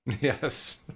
Yes